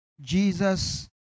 Jesus